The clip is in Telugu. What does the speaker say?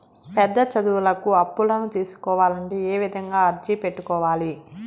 పెద్ద చదువులకు అప్పులను తీసుకోవాలంటే ఏ విధంగా అర్జీ పెట్టుకోవాలి?